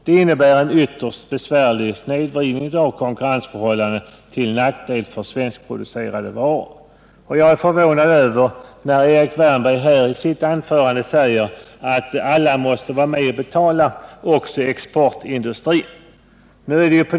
Detta innebär en ytterst besvärlig snedvridning av konkurrensförhållandena till nackdel för svenskproducerade varor, och jag är förvånad när jag hör Erik Wärnberg säga att alla måste vara med och betala, också exportindustrin.